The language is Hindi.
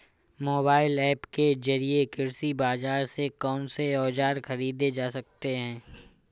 मोबाइल ऐप के जरिए कृषि बाजार से कौन से औजार ख़रीदे जा सकते हैं?